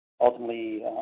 ultimately